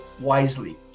wisely